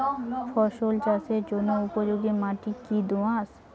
ফসল চাষের জন্য উপযোগি মাটি কী দোআঁশ?